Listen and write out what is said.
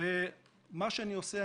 מה שאני עושה,